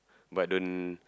but don't